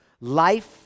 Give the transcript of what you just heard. life